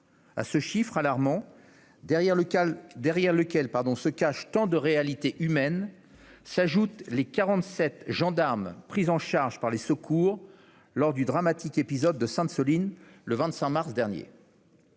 À ce chiffre alarmant, derrière lequel se cachent tant de réalités humaines, s'ajoutent les 47 gendarmes pris en charge par les secours lors du dramatique épisode de Sainte-Soline, le 25 mars dernier.